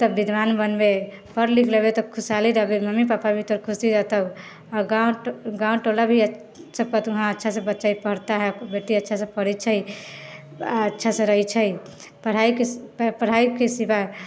तऽ विद्वान बनबे पढ़ि लिखि लेबे तऽ खुशहाली रहबे मम्मी पापा भी तोहर खुशी रहतौ आओर गाँव गाँव टोला भी सब कहतौ कि हँ अच्छासँ बच्चा ई पढ़ता है बेटी अच्छा से पढ़ै छै आओर अच्छासँ रहै छै पढ़ाइ पढ़ाइके सिवा